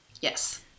Yes